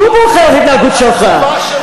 הוא בוכה על ההתנהגות שלך.